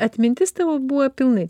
atmintis tavo buvo pilnai